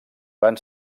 van